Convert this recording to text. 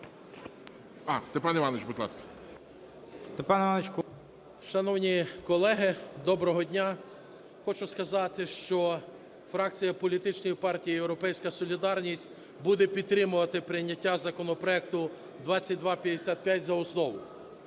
Степан Іванович Кубів. 17:41:43 КУБІВ С.І. Шановні колеги, доброго дня! Хочу сказати, що фракція політичної партії "Європейська солідарність" буде підтримувати прийняття законопроекту 2255 за основу.